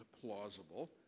plausible